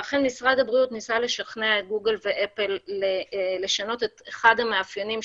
אכן משרד הבריאות ניסה לשכנע את גוגל ואת אפל לשנות את אחד המאפיינים,